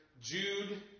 Jude